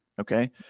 okay